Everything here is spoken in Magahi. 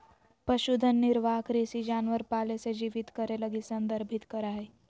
पशुधन निर्वाह कृषि जानवर पाले से जीवित करे लगी संदर्भित करा हइ